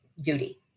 duty